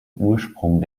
ursprung